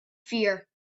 fear